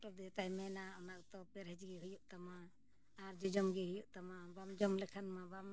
ᱫᱤᱭᱮ ᱛᱟᱭᱱᱟ ᱚᱱᱟᱛᱚ ᱯᱮᱨᱮᱡ ᱜᱮ ᱦᱩᱭᱩᱜ ᱛᱟᱢᱟ ᱟᱨ ᱡᱚ ᱡᱚᱢ ᱜᱮ ᱦᱩᱭᱩᱜ ᱛᱟᱢᱟ ᱵᱟᱢ ᱡᱚᱢ ᱞᱮᱠᱷᱟᱱ ᱢᱟ ᱵᱟᱢ